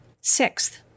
Sixth